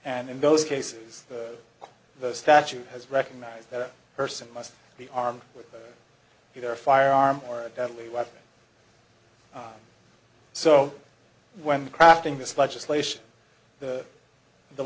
and in those cases the statute has recognized that a person must be armed with either a firearm or a deadly weapon so when crafting this legislation the the